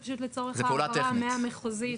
זה פשוט לצורך העברה מהמחוזית.